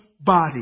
body